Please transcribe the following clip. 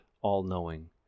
all-knowing